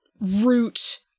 root